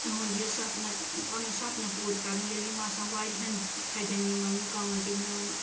اُہُند یہِ سَپنہٕ پَنُن یہِ سَپنہٕ پوٗرٕ کَرٕنۍ ییٚلہِ یِم آسن واریاہن تھدٮ۪ن یِمن مُقامن پٮ۪ٹھ میون